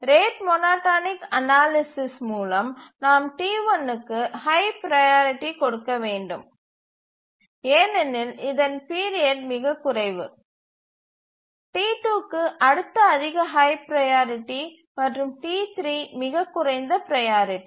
rate monotonic analysis மூலம் நாம் T1 க்கு ஹய் ப்ரையாரிட்டி கொடுக்க வேண்டும் ஏனெனில் இதன் பீரியட் மிகக் குறைவு T2 க்கு அடுத்த அதிக ஹய் ப்ரையாரிட்டி மற்றும் T3 மிகக் குறைந்த ப்ரையாரிட்டி